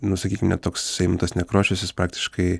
nu sakykim net toks eimuntas nekrošius jis praktiškai